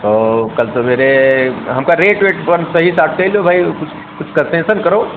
और कल सुबेरे हमका रेट वेट अपन सही साट कह लो भाई और कुछ कुछ कन्सेसन करो